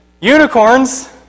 unicorns